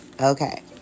Okay